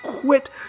quit